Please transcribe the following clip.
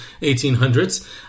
1800s